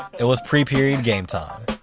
it was pre-period game time